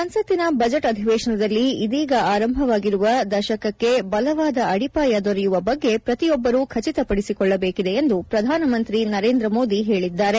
ಸಂಸತ್ತಿನ ಬಜೆಟ್ ಅಧಿವೇಶನದಲ್ಲಿ ಇದೀಗ ಆರಂಭವಾಗಿರುವ ದಶಕಕ್ಕೆ ಬಲವಾದ ಅಡಿಪಾಯ ದೊರೆಯುವ ಬಗ್ಗೆ ಪ್ರತಿಯೊಬ್ಲರೂ ಖಚಿತಪಡಿಸಿಕೊಳ್ಳದೇಕಿದೆ ಎಂದು ಶ್ರಧಾನಮಂತ್ರಿ ನರೇಂದ್ರ ಮೋದಿ ಹೇಳಿದ್ದಾರೆ